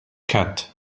cut